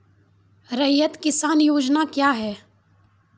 रैयत किसान योजना क्या हैं?